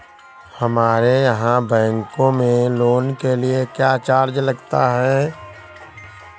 हमारे यहाँ बैंकों में लोन के लिए क्या चार्ज लगता है?